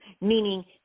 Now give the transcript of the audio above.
meaning